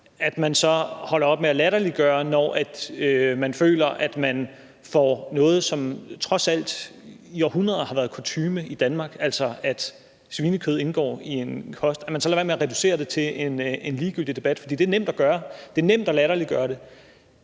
bør man holde op med at latterliggøre noget, der trods alt i århundreder har været kutyme i Danmark, altså at svinekød indgår i en kost, og lade være med at reducere det til en ligegyldig debat. Det er nemt at latterliggøre det